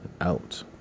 out